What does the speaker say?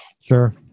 Sure